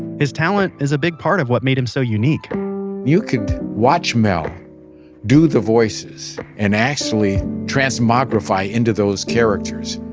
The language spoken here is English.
his talent is a big part of what made him so unique you could watch mel do the voices and actually transmogrify into those characters.